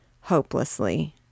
Hopelessly